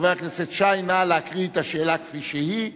חבר הכנסת שי, נא להקריא את השאלה כפי שהיא,